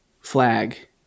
flag